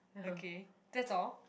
okay that's all